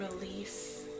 release